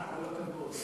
כל הכבוד.